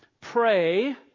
pray